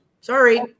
Sorry